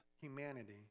humanity